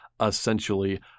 essentially